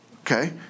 Okay